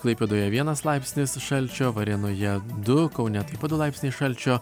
klaipėdoje vienas laipsnis šalčio varėnoje du kaune taip pat du laipsniai šalčio